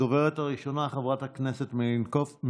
הדוברת הראשונה, חברת הכנסת מלינובסקי,